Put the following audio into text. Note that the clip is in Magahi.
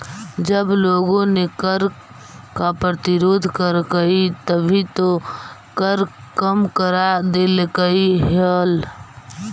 जब लोगों ने कर का प्रतिरोध करकई तभी तो कर कम करा देलकइ हल